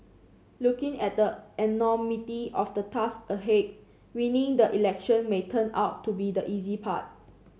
looking at the enormity of the tasks ahead winning the election may turn out to be the easy part